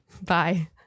Bye